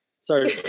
Sorry